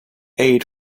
aid